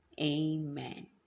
amen